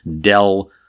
Dell